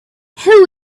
who